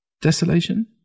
Desolation